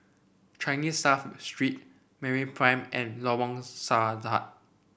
Changi South Street MeraPrime and Lorong Sahad